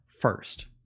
first